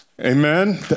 Amen